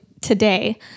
today